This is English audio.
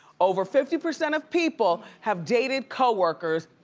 over fifty percent of people have dated coworkers,